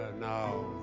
now